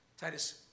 Titus